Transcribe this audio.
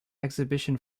exhibition